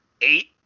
eight